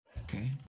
Okay